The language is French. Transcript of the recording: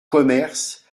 commerce